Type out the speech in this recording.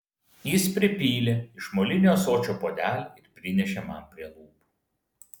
jis pripylė iš molinio ąsočio puodelį ir prinešė man prie lūpų